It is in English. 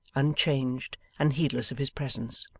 unchanged and heedless of his presence.